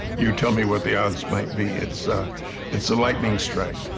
you tell me what the odds might be, it's ah it's a lightning strike.